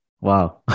Wow